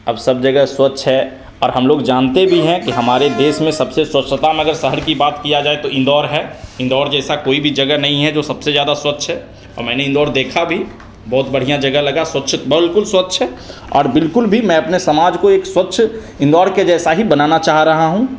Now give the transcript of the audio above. अब सब जगह स्वच्छ है और हम लोग जानते भी हैं कि हमारे देश में सबसे स्वच्छता में अगर शहर की बात किया जाए तो इंदौर है इंदौर जैसा कोई भी जगह नहीं है जो सबसे जादा स्वच्छ है और मैंने इंदौर देखा भी बहुत बढ़िया जगह लगा स्वच्छ बिल्कुल स्वच्छ है और बिल्कुल भी मैं अपने समाज को एक स्वच्छ इंदौर के जैसा ही बनाना चाह रहा हूँ